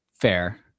fair